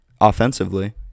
offensively